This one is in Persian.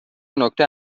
نکته